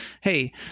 hey